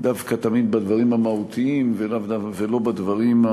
דווקא בדברים המהותיים ולא בדברים